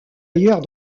ailleurs